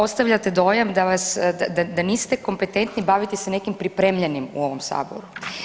Ostavljate dojam da niste kompetentni baviti se nekim pripremljenim u ovom Saboru.